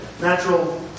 natural